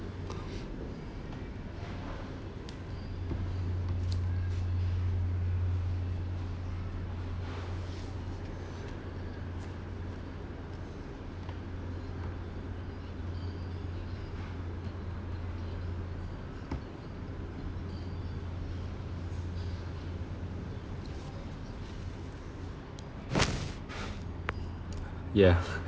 ya